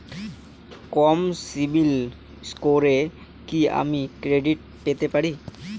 কম CIBIL স্কোরে কি আমি ক্রেডিট পেতে পারি?